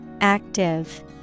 Active